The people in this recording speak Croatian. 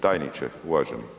Tajniče, uvaženi.